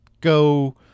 go